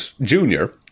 Junior